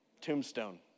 Tombstone